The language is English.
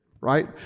right